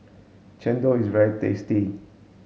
Chendol is very tasty